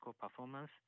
performance